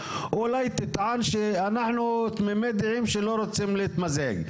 אולי תטען שאנחנו תמימי דעים שלא רוצים להתמזג.